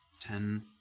ten